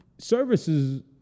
services